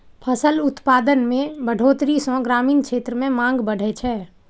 फसल उत्पादन मे बढ़ोतरी सं ग्रामीण क्षेत्र मे मांग बढ़ै छै